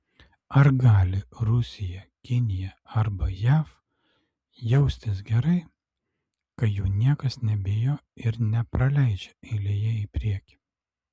ar gali rusija kinija arba jav jaustis gerai kai jų niekas nebijo ir nepraleidžia eilėje į priekį